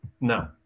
no